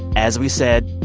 as we said,